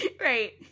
Right